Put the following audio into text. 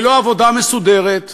ללא עבודה מסודרת,